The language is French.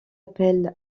appel